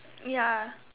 ya